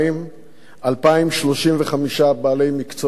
2,035 בעלי מקצועות חופשיים,